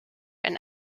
and